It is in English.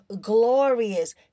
glorious